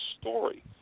story